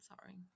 sorry